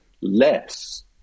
less